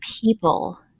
people